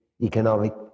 economic